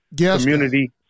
community